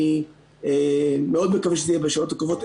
אני מאוד מקווה שזה יהיה בשעות הקרובות.